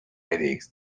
headaches